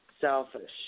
selfish